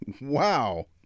Wow